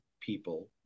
people